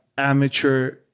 Amateur